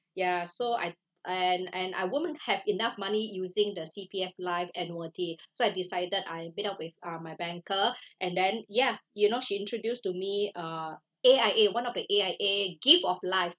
ya so I and and I wouldn't have enough money using the C_P_F life annuity so I decided I bid up with uh my banker and then ya you know she introduced to me uh A_I_A one of the A_I_A gift of life